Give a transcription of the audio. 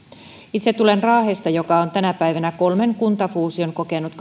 itse tulen raahesta joka on tänä päivänä kolme kuntafuusiota kokenut